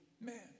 man